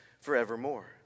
forevermore